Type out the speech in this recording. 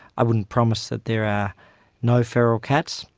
i wouldn't promise that there are no feral cats.